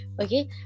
okay